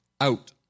out